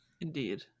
Indeed